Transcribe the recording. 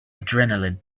adrenaline